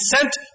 sent